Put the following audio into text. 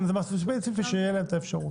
תחבורה ציבורית אז שתהיה להם את האפשרות.